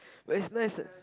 but it's nice